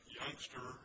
youngster